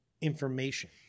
information